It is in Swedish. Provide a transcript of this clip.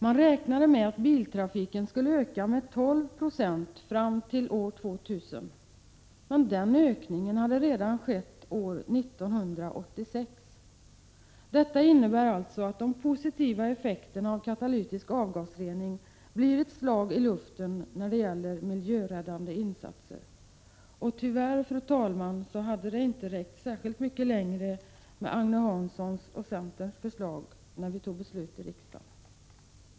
Man räknade med att biltrafiken skulle öka med 12 96 fram till år 2000. Men den ökningen hade redan skett år 1986! Detta innebär att införandet av katalytisk avgasrening trots de positiva effekterna blir ett slag i luften och inte en miljöräddande insats. Och tyvärr, fru talman, hade det inte räckt särskilt mycket längre med det förslag som Agne Hansson och centern lade fram när vi fattade beslutet i riksdagen.